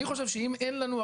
אני חושב שאם אין לנו,